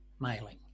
mailing